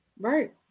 Right